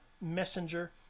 messenger